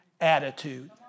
attitude